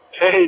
Hey